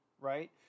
right